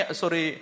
sorry